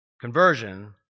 conversion